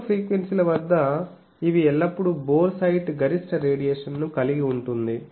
తక్కువ ఫ్రీక్వెన్సీల వద్ద ఇవి ఎల్లప్పుడూ బోర్ సైట్ గరిష్ట రేడియేషన్ ని కలిగి ఉంటుంది